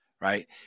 right